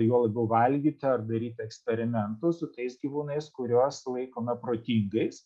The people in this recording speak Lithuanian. juo labiau valgyti ar daryti eksperimentų su tais gyvūnais kuriuos laikome protingais